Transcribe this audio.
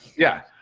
yeah,